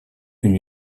une